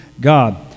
God